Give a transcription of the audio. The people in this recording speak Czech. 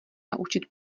naučit